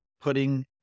putting